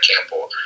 Campbell